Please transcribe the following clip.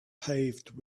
paved